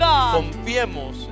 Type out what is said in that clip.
Confiemos